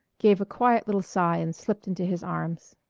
gave a quiet little sigh and slipped into his arms.